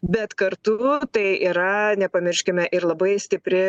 bet kartu tai yra nepamirškime ir labai stipri